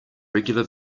regular